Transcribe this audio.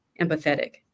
empathetic